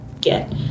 get